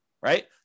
right